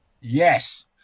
Yes